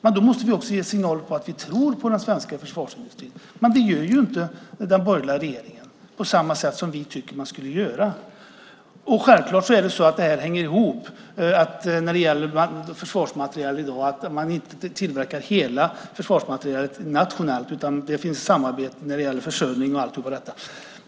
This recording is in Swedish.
Men då måste vi också ge signalen att vi tror på den svenska försvarsindustrin. Det gör inte den borgerliga regeringen på det sätt vi tycker att man skulle göra. Självklart hänger detta ihop. Man tillverkar i dag inte hela försvarsmaterielen nationellt, utan det finns samarbete när det gäller försörjning och alltihopa.